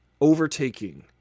overtaking